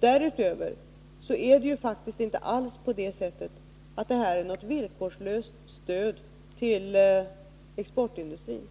Det är faktiskt inte alls på det sättet att devalveringen är något villkorslöst stöd till exportindustrin.